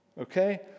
Okay